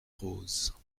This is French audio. roses